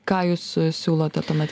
ką jūs siūlote tuomet